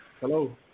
Hello